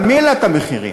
מי העלה את המחירים?